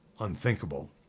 unthinkable